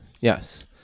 Yes